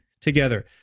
together